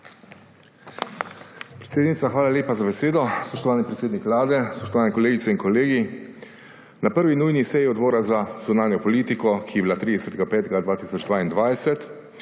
Predsednica, hvala lepa za besedo. Spoštovani predsednik Vlade, spoštovani kolegice in kolegi! Na 1. nujni seji Odbora za zunanjo politiko, ki je bila 30. 5. 2022,